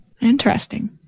Interesting